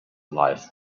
life